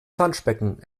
planschbecken